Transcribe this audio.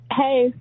Hey